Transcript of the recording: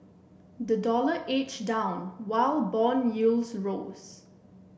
the dollar edged down while bond yields rose